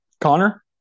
Connor